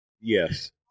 Yes